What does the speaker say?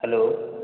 hello